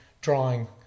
drawing